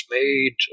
made